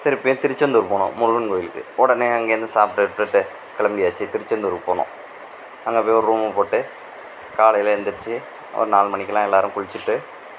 திருப்பியும் திருச்செந்தூர் போனோம் முருகன் கோயிலுக்கு உடனே அங்கிருந்து சாப்பிட்டு இட்டுவிட்டு கிளம்பி ஆச்சு திருச்செந்தூருக்கு போனோம் அங்கே போய் ஒரு ரூம் போட்டு காலையில் எழுத்துருச்சு ஒரு நாலு மணிக்கெல்லாம் எல்லாேரும் குளிச்சுட்டு